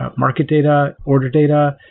ah market data, order data.